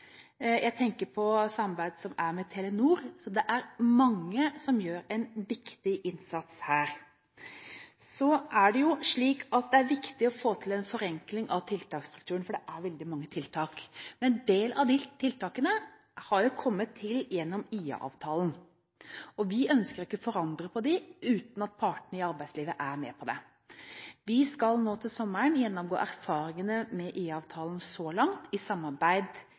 jeg tenker på det samarbeidet som er med Telenor, så det er mange som gjør en viktig innsats her. Så er det slik at det er viktig å få til en forenkling av tiltaksstrukturen, for det er veldig mange tiltak. Men en del av de tiltakene har kommet til gjennom IA-avtalen, og vi ønsker ikke å forandre på dem uten at partene i arbeidslivet er med på det. Vi skal nå til sommeren gjennomgå erfaringene med IA-avtalen så langt, i samarbeid